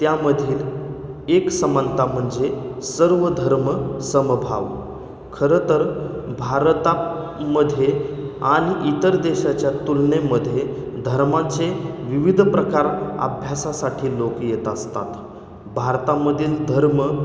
त्यामधील एक समनता म्हणजे सर्व धर्म समभाव खरं तर भारतामध्ये आणि इतर देशाच्या तुलनेमध्ये धर्माचे विविध प्रकार अभ्यासासाठी लोक येत असतात भारतामधील धर्म